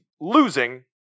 losing